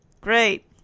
Great